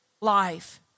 life